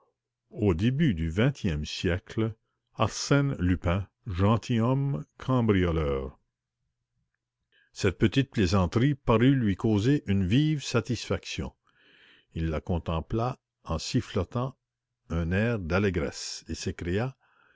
au début du vingtième siècle arsène lupin gentilhomme cambrioleur cette petite plaisanterie parut lui causer une vive satisfaction il la contempla en sifflotant un air d'allégresse et